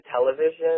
television